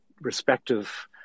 respective